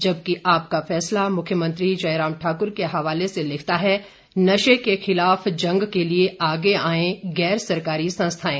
जबकि आपका फैसला मुख्यमंत्री जयराम ठाकुर के हवाले से लिखता है नशे के खिलाफ जंग के लिए आगे आएं गैर सरकारी संस्थाएं